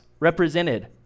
represented